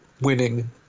winning